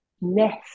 nest